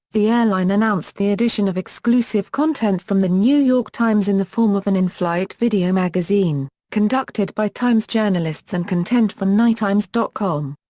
the airline announced the addition of exclusive content from the new york times in the form of an in-flight video magazine, conducted by times' journalists and content from nytimes com.